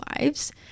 lives